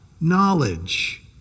Knowledge